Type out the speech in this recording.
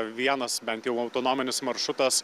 vienas bent jau autonominis maršrutas